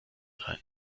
sein